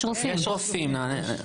יש רופאים.